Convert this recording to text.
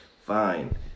fine